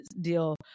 deal